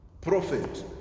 Prophet